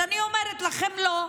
אני אומרת לכם: לא,